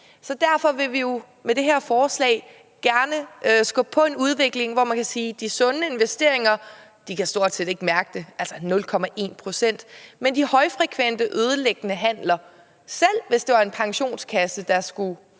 Så derfor vil vi med det her forslag jo gerne skubbe på en udvikling, hvor man kan sige, at det, når det drejer sig om de sunde investeringer, stort set ikke vil kunne mærkes – det er altså 0,1 pct. – mens der er højfrekvente, ødelæggende handler, som, selv hvis det var en pensionskasse, der skulle gøre